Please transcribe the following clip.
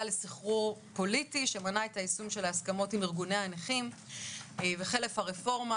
לסחרור פוליטי שמנע את היישום של ההסכמות עם ארגוני הנכים וחלף הרפורמה,